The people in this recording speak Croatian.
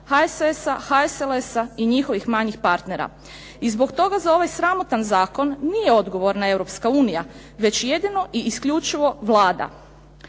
HDZ-a, HSLS-a i njihovih manjih partnera. I zbog toga za ovaj sramotan zakon nije odgovorna Europska unija, već jedino i isključivo Vlada.